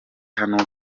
hano